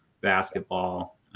basketball